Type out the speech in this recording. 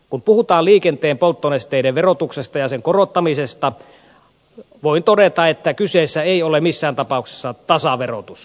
kun puhutaan liikenteen polttonesteiden verotuksesta ja sen korottamisesta voi todeta että kyseessä ei ole missään tapauksessa tasaverotus